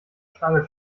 schlange